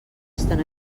estan